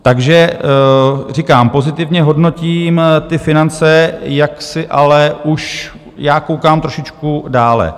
Takže říkám, pozitivně hodnotím ty finance, jaksi ale už já koukám trošičku dále.